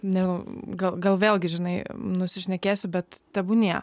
ne gal gal vėlgi žinai nusišnekėsiu bet tebūnie